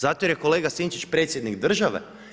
Zato jer je kolega Sinčić predsjednik države?